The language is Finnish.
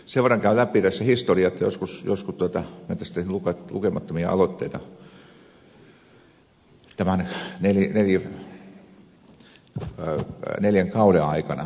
sen verran käyn läpi tässä historiaa jotta olen tehnyt tästä lukemattomia aloitteita tämän neljän kauden aikana